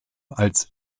als